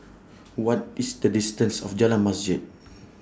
What IS The distance of Jalan Masjid